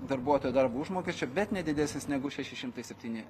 darbuotojo darbo užmokesčio bet ne didesnis negu šeši šimtai septyni